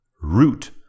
Root